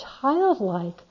childlike